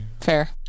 fair